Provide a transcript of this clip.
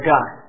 God